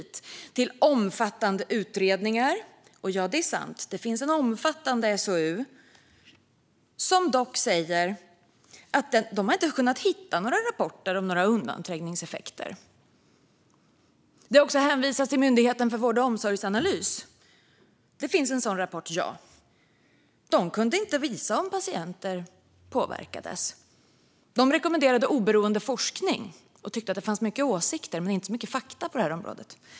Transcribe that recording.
Det har hänvisats till omfattande utredningar - och det är sant att det finns en omfattande SOU - som dock säger att man inte har kunnat hitta några rapporter om undanträngningseffekter. Det har också hänvisats till Myndigheten för vård och omsorgsanalys. Det finns en sådan rapport, ja. De kunde inte visa om patienter påverkades. De rekommenderade oberoende forskning och tyckte att det fanns mycket åsikter men inte så mycket fakta på detta område.